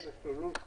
אריאל, בבקשה.